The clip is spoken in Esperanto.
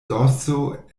dorso